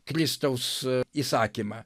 kristaus įsakymą